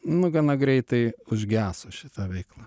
nu gana greitai užgeso šita veikla